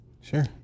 Sure